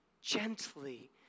gently